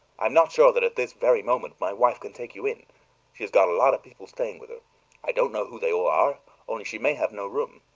i am not sure that at this very moment my wife can take you in she has got a lot of people staying with her i don't know who they all are only she may have no room.